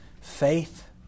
Faith